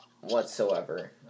whatsoever